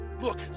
Look